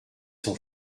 s’en